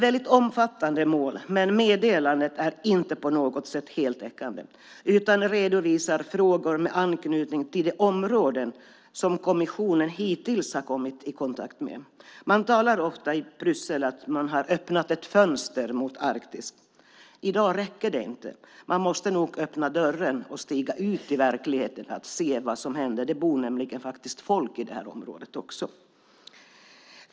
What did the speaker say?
Detta är omfattande mål, men meddelandet är inte på något sätt heltäckande. Där redovisas frågor med anknytning till de områden som kommissionen hittills har kommit i kontakt med. Man talar ofta i Bryssel om att man har öppnat ett fönster mot Arktis. Det räcker inte i dag; man måste nog öppna dörren och stiga ut i verkligheten för att se vad som händer. Det bor nämligen folk i det här området också.